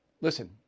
Listen